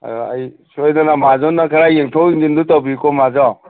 ꯑꯗꯣ ꯑꯩ ꯁꯣꯏꯗꯅ ꯃꯍꯥꯖꯣꯟꯅ ꯈꯔ ꯌꯦꯡꯊꯣꯛ ꯌꯦꯡꯁꯤꯟꯗꯣ ꯇꯧꯕꯤꯎꯀꯣ ꯃꯍꯥꯖꯣꯟ